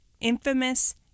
Infamous